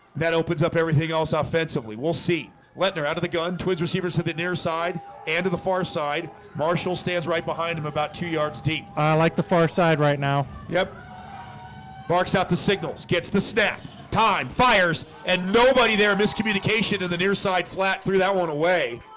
that opens up everything else offensive lee we'll see letting her out of the gun twigs receivers to the near side and to the far side marshall stands right behind him about two yards deep. i like the far side right now. yep barks out to signal's gets the steps time fires and nobody there miscommunication in the near side flat threw that one away